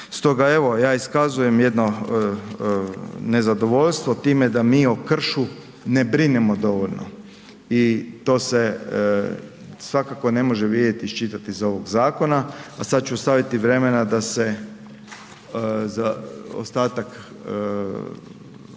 Stoga evo, ja iskazujem jedno nezadovoljstvo time da mi o kršu ne brinemo dovoljno i to se svakako ne može vidjeti i iščitati iz ovog zakona, a sad ću ostaviti vremena da se za ostatak ovoga